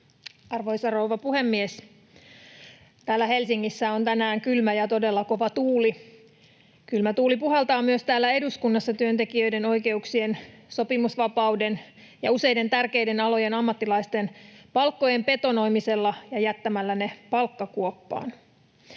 Arvoisa rouva puhemies! Täällä Helsingissä on tänään kylmä ja todella kova tuuli. Kylmä tuuli puhaltaa myös täällä eduskunnassa työntekijöiden oikeuksien, sopimusvapauden ja useiden tärkeiden alojen ammattilaisten palkkojen betonoimisella ja palkkakuoppaan